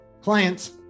Clients